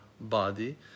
body